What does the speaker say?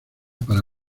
para